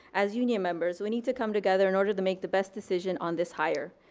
as union members, we need to come together in order to make the best decision on this hire.